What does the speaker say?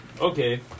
Okay